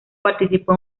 participó